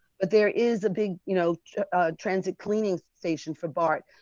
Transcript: but there is a big you know transit cleaning station for bart.